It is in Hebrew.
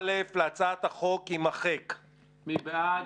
הצבעה בעד,